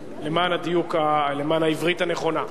למען הדיוק, למען העברית הנכונה.